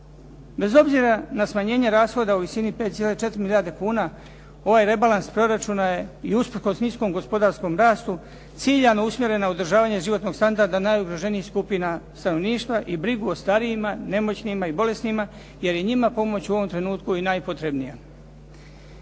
Bez obzira na smanjenje rashoda u visini 5,4 milijarde kuna, ovaj rebalans proračuna je i usprkos niskom gospodarskom rastu ciljano usmjeren na održavanje životnog standarda najugroženijih skupina stanovništva i brigu o starijima, nemoćnima i bolesnima jer je njima pomoć u ovom trenutku i najpotrebnija.